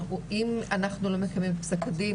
אם אנחנו לא מקבלים את פסק הדין,